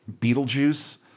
Beetlejuice